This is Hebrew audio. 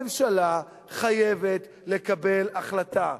הממשלה חייבת לקבל החלטה,